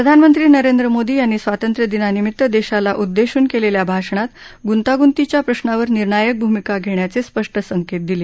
प्रधानमंत्री नरेंद्र मोदी यांनी स्वातंत्र्यदिनानिमित्त देशाला उद्देशून केलेल्या भाषणात गुंतागुतीच्या प्रश्नांवर निर्णायक भूमिका घेण्याचे स्पष्ट संकेत दिले